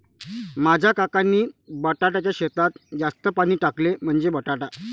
माझ्या काकांनी बटाट्याच्या शेतात जास्त पाणी टाकले, म्हणजे बटाटा